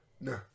No